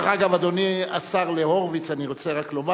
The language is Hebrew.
דרך אגב, אדוני השר, להורוביץ אני רוצה רק לומר